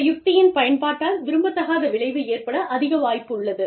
இந்த யுக்தியின் பயன்பாட்டால் விரும்பதகாத விளைவு ஏற்பட அதிக வாய்ப்புள்ளது